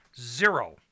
Zero